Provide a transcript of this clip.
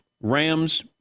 Rams